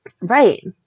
Right